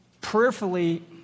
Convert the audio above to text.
prayerfully